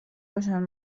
باشن